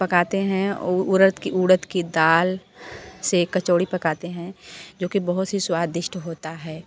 पकाते हैं और उड़द की दाल से कचोरी पकाते हैं जो कि बहुत ही स्वादिष्ट होता है